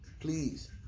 please